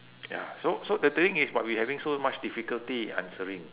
ya so so the the thing is but we having so much difficulty answering